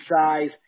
size